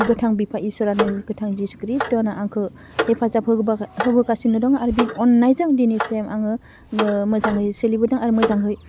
गोथां बिफा इसोरानो गोथां जिसु खृष्टआनो आंखौ हेफाजाब होबाय होबोगासिनो दं आरो बि अन्नायजों दिनैसिम आङो ओह मोजाङै सोलिबोदों आरो मोजाङै